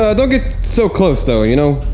ah don't get so close though, you know,